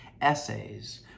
essays